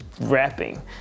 rapping